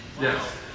Yes